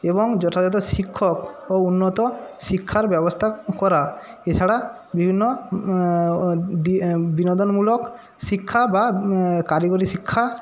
এবং যথাযথ শিক্ষক ও উন্নত শিক্ষার ব্যবস্থা করা এছাড়া বিভিন্ন বিনোদনমূলক শিক্ষা বা কারিগরি শিক্ষা